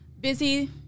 busy